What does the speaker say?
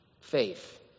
faith